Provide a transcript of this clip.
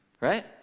right